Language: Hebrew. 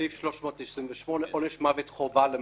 סעיף 328 עונש מוות חובה למחבלים.